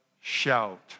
shout